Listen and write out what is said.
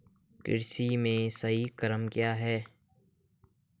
कृषि में सही क्रम क्या है?